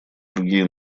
другие